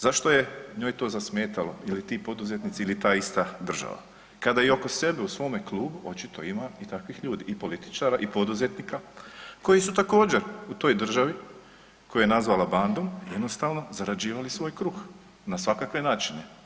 Zašto je njoj to zasmetalo ili ti poduzetnici ili ta ista država kada i oko sebe u svome klubu očito ima i takvih ljudi i političara i poduzetnika koji su također u toj državi koju je nazvala bandom jednostavno zarađivali svoj kruh na svakakve načine?